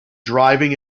driving